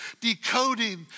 decoding